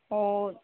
ஓ ஓ